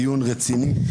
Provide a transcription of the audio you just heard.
דיון רציני,